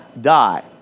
die